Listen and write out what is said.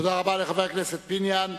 תודה רבה לחבר הכנסת פיניאן.